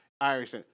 Irish